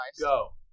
go